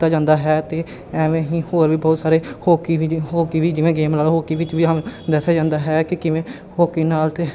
ਕੀਤਾ ਜਾਂਦਾ ਹੈ ਅਤੇ ਐਵੇਂ ਹੀ ਹੋਰ ਵੀ ਬਹੁਤ ਸਾਰੇ ਹੋਕੀ ਵੀ ਜਿਵੇਂ ਹੋਕੀ ਵੀ ਜਿਵੇਂ ਗੇਮ ਲਾ ਲਓ ਹੋਕੀ ਵਿੱਚ ਵੀ ਦੱਸਿਆ ਜਾਂਦਾ ਹੈ ਕਿ ਕਿਵੇਂ ਹੋਕੀ ਨਾਲ ਅਤੇ